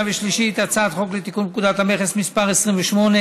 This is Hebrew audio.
והשלישית את הצעת חוק לתיקון פקודת המכס (מס' 28),